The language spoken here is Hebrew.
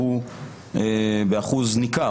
השלישית והרביעית הוא עובד פחות קשה.